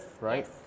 right